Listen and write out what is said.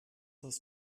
das